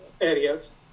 areas